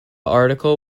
article